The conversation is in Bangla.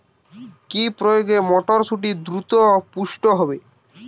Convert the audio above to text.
কি প্রয়োগে মটরসুটি দ্রুত পুষ্ট হবে?